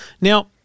Now